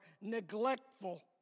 neglectful